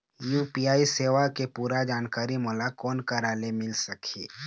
UPI सेवा के पूरा जानकारी मोला कोन करा से मिल सकही?